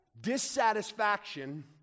dissatisfaction